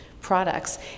products